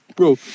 Bro